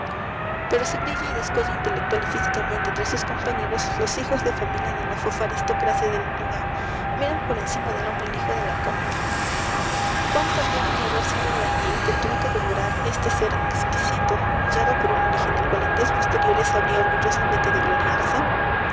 pero si brilla y descuella intelectual y físicamente entre sus compañeros los hijos de familia de la fofa aristocracia del lugar miran por encima del hombro al hijo de la cómica cuánta no ha de haber sido la hiel que tuvo que devorar este sér exquisito humillado por un origen del cual en días posteriores habría orgullosamente de gloriarse